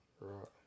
Right